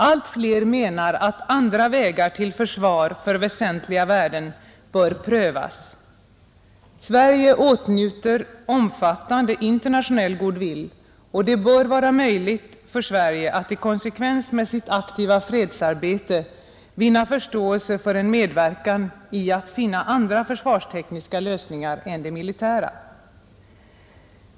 Allt fler menar att andra vägar till försvar för väsentliga värden bör prövas. Sverige åtnjuter omfattande internationell goodwill. Det bör vara möjligt för Sverige att i konsekvens med sitt aktiva fredsarbete vinna förståelse för en medverkan till att finna andra försvarstekniska lösningar än de militära.